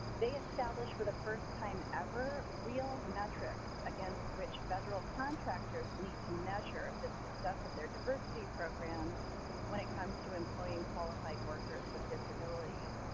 they established for the first time ever real metrics against which federal contractors need to measure the success of their diversity programs when it comes to employing qualified workers with disabilities.